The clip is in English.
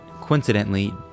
coincidentally